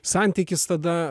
santykis tada